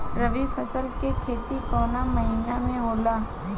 रवि फसल के खेती कवना महीना में होला?